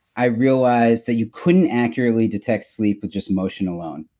i realized that you couldn't accurately detect sleep with just motion alone.